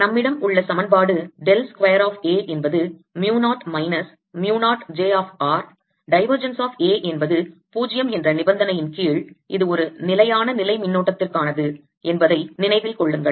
நம்மிடம் உள்ள சமன்பாடு டெல் ஸ்கொயர் of A என்பது mu 0 minus mu 0 j of r divergence of A என்பது 0 என்ற நிபந்தனையின் கீழ் இது ஒரு நிலையான நிலை மின்னோட்டத்திற்கானது என்பதை நினைவில் கொள்ளுங்கள்